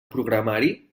programari